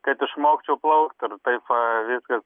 kad išmokčiau plaukt ir taip viskas